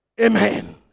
Amen